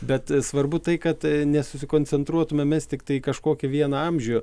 bet svarbu tai kad nesusikoncentruotume mes tiktai į kažkokį vieną amžių